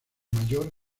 mayor